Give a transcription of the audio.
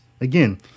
Again